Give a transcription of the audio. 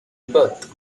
birth